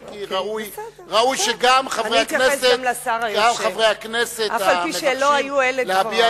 אם כי ראוי שגם חברי הכנסת המבקשים להביע